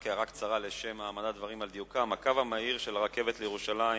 רק הערה קצרה לשם העמדת דברים על דיוקם: הקו המהיר של הרכבת לירושלים